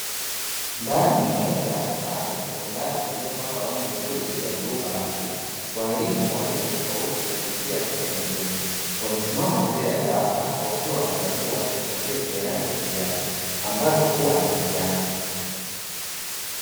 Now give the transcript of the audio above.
Ndani ya darasa la sekondari lililopakwa rangi nzuri ya bluu bahari, waalimu wa rika tofauti wa jinsia ya kike na ya kiume wamesimama mbele ya darasa, wakiwa wanakagua vifungashio vyenye rangi ya kijani ambavyo hua na mitihani.